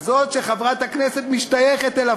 זה שחברת הכנסת משתייכת אליו,